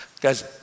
Guys